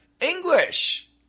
English